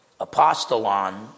apostolon